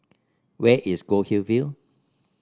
where is Goldhill View